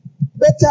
better